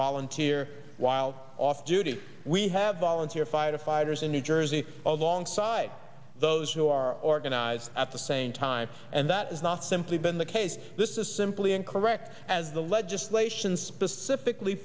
volunteer while off duty we have volunteer firefighters in new jersey alongside those who are organized at the same time and that is not simply been the case this is simply incorrect as the legislation specifically